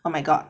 oh my god